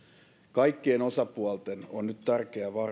kaikkien osapuolten on nyt tärkeä